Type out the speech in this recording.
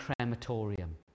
crematorium